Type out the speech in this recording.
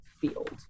field